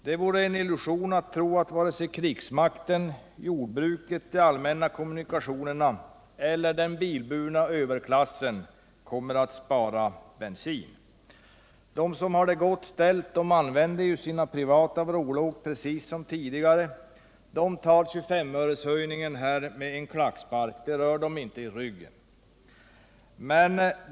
Det vore en illusion att tro att vare sig krigsmakten, jordbruket, de allmänna kommunikationerna eller den bilburna överklassen kommer att spara bensin, utan de som har det gott ställt kommer att använda sina privata vrålåk precis som tidigare. De tar 25 151 öreshöjningen med en klackspark; den rör dem inte i ryggen.